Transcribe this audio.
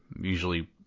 usually